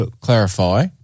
clarify